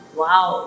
wow